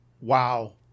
Wow